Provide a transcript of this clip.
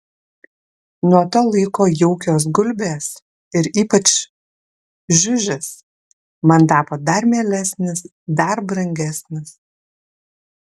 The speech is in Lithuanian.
nuo to laiko jaukios gulbės ir ypač žiužis man tapo dar mielesnis dar brangesnis